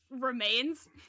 remains